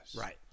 Right